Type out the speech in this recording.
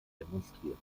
demonstriert